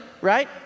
right